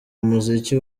umuziki